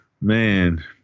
man